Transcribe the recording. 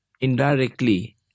Indirectly